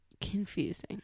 confusing